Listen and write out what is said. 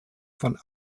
von